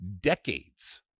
decades